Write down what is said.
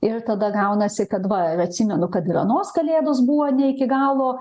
ir tada gaunasi kad va ir atsimenu kad ir anos kalėdos buvo ne iki galo